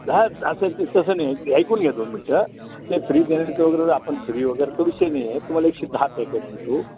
हा असं तसं नाही ऐकून घ्या दोन मिनटं ते फ्री देण्याचं वगैरे आपण फ्री वगैरेचा विषय नाही आहे तुम्हाला एकशे दहा पॅकेट देतो